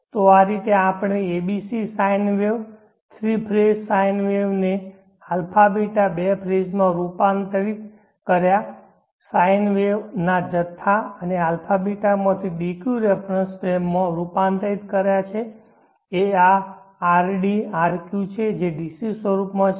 તો આ રીતે આપણે abc sin wave three phase sin wave ને αβ બે ફેઝ માં રૂપાંતરિત કર્યાsin વેવ ના જથ્થા અને α β માંથી DQ રેફરન્સ ફ્રેમ માં રૂપાંતરિત કર્યા છેએ આ rd rq છે જે DC સ્વરૂપમાં છે